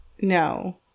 No